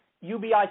ubi